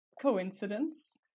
coincidence